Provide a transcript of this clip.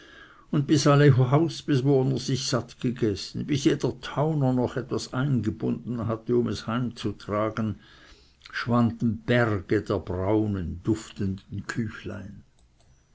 und bis alle hausbewohner sich satt gegessen bis jeder tauner noch etwas eingebunden hatte um es heim zu tragen schwanden berge der braunen duftenden küchlein